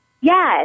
Yes